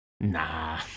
Nah